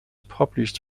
published